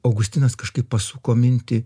augustinas kažkaip pasuko mintį